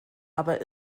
aber